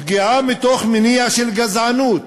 פגיעה מתוך מניע של גזענות